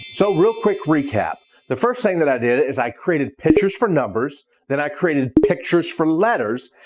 so real quick recap. the first thing that i did is i created pictures for numbers, then i created pictures for letters,